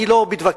אני לא מתווכח,